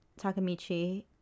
Takamichi